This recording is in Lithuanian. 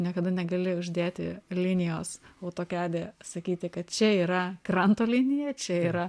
niekada negali uždėti linijos autokede sakyti kad čia yra kranto linija čia yra